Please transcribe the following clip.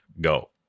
Go